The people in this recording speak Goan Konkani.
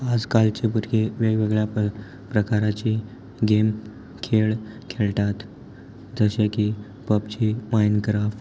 आज कालचे भुरगीं वेगवेगळ्या प्र प्रकाराची गेम खेळ खेळटात जशे की पबजी मायनक्राफ्ट